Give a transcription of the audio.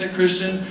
Christian